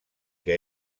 que